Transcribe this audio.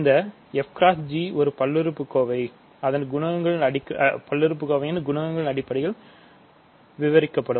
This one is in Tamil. இந்த fg என்ற பல்லுறுப்புக்கோவை அதன் குணகங்களின் அடிப்படையில் விவரிக்கப்படும்